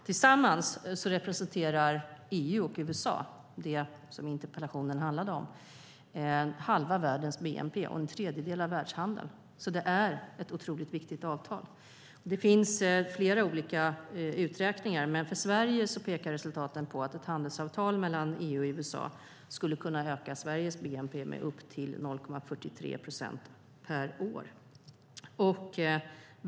Tillsammans representerar EU och USA, som interpellationen handlar om, halva världens bnp och en tredjedel av världshandeln. Det är alltså ett otroligt viktigt avtal. Det finns flera olika uträkningar, men resultaten pekar på att ett handelsavtal mellan EU och USA skulle kunna öka Sveriges bnp med upp till 0,43 procent per år.